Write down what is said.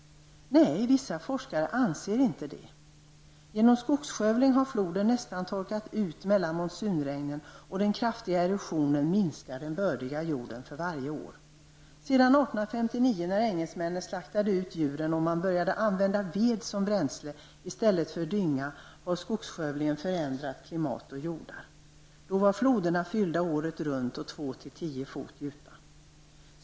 Nej, vissa forskare anser inte detta. På grund av skogsskövlingen har floden nästan torkat ut mellan monsunregnen, och den kraftiga erosionen minskar den bördiga jorden varje år. Sedan 1859, när engelsmannen slaktade ut djuren och man började använda ved som bränsle i stället för dynga, har skogsskövlingen förändrat klimatet och jorden. Då var floderna fyllda året runt och två till tio fot djupa.